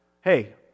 hey